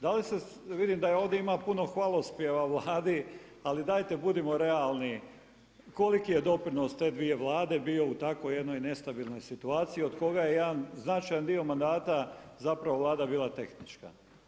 Da li se, vidim da ovdje ima puno hvalospjeva Vladi, ali dajte budimo realni, koliki je doprinos te dvije Vlade bio u tako jednoj nestabilnoj situaciji od koga je jedan značajan dio mandata zapravo Vlada bila tehnička.